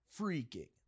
freaking